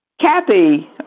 Kathy